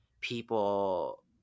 people